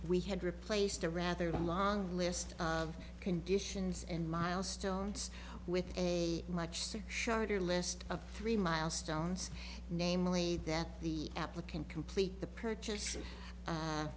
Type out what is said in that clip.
we had replaced the rather than long list of conditions and milestones with a much six shorter list of three milestones namely that the applicant complete the purchase